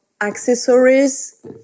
accessories